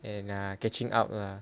and err catching up lah